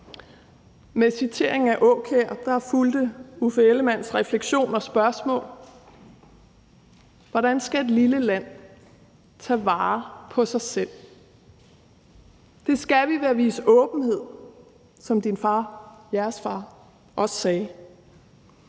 Med citeringen af Aakjær fulgte Uffe Ellemann-Jensens refleksion og spørgsmål: Hvordan skal et lille land tage vare på sig selv? Det skal vi ved at vise åbenhed, som jeres far også sagde.